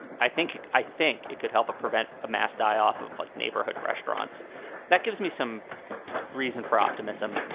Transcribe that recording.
and i think i think it could help prevent a mass die off of, like, neighborhood restaurants that gives me some reason for optimism.